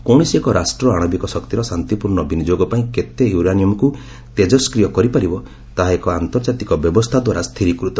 କୌଣସି ଏକ ରାଷ୍ଟ୍ର ଆଣବିକ ଶକ୍ତିର ଶାନ୍ତିପୂର୍ଣ୍ଣ ବିନିଯୋଗପାଇଁ କେତେ ୟୁରାନିୟମ୍କୁ ତେଜଷ୍ଟ୍ରିୟ କରିପାରିବ ତାହା ଏକ ଆନ୍ତର୍ଜାତିକ ବ୍ୟବସ୍ଥାଦ୍ୱାରା ସ୍ଥିରୀକୃତ